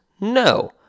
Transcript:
No